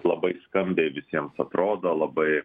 labai skambiai visiems atrodo labai